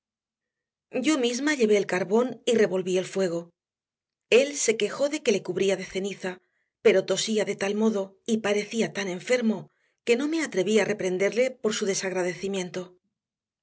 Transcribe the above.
yo misma llevé el carbón y revolví el fuego él se quejó de que le cubría de ceniza pero tosía de tal modo y parecía tan enfermo que no me atreví a reprenderle por su